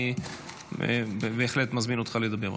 אני בהחלט מזמין אותך לדבר,